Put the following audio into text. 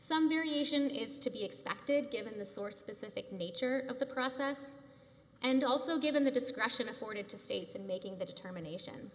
some variation is to be expected given the source specific nature of the process and also given the discretion afforded to states in making the determination